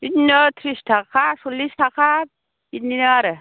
बिदिनो थ्रिस थाखा सल्लिस थाखा बिदिनो आरो